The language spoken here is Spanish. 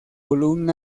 opinión